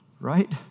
right